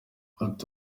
ati